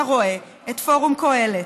אתה רואה את פורום קהלת,